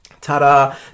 Ta-da